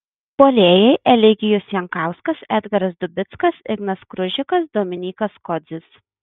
puolėjai eligijus jankauskas edgaras dubickas ignas kružikas dominykas kodzis